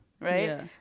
right